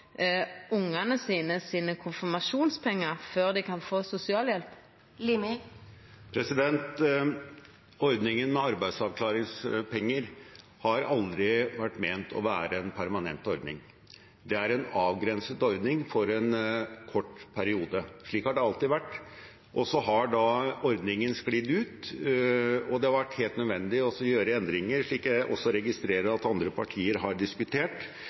før dei kan få sosialhjelp? Ordningen med arbeidsavklaringspenger har aldri vært ment å være en permanent ordning. Det er en avgrenset ordning for en kort periode. Slik har det alltid vært. Så har ordningen sklidd ut, og det har vært helt nødvendig å gjøre endringer, slik jeg også registrerer at andre partier har diskutert,